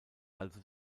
also